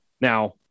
Now